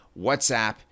whatsapp